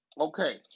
Okay